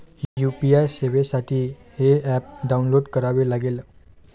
UPI सेवेसाठी हे app download करावे लागेल